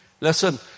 Listen